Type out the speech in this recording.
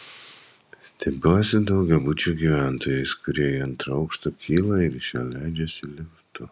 stebiuosi daugiabučių gyventojais kurie į antrą aukštą kyla ir iš jo leidžiasi liftu